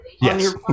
yes